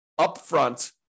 upfront